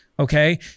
Okay